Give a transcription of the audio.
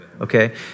okay